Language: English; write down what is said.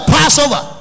Passover